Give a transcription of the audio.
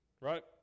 Right